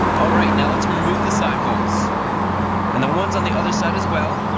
alright now let's remove the side bolts and the ones on the other side as well.